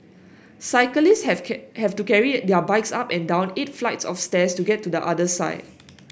cyclist have have to carry their bikes up and down eight flights of stairs to get to the other side